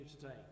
today